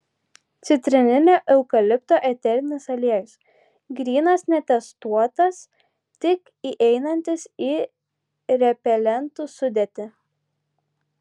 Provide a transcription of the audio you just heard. citrininio eukalipto eterinis aliejus grynas netestuotas tik įeinantis į repelentų sudėtį